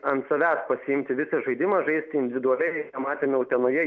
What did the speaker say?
ant savęs pasiimti visą žaidimą žaisti individualiai tą matėme utenoje